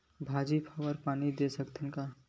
भाजी फवारा पानी दे सकथन का?